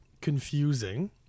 confusing